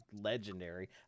legendary